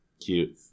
Cute